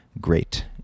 great